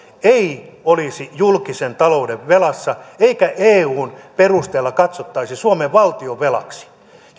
ei olisi julkisen talouden velassa eikä eun perusteella katsottaisi suomen valtionvelaksi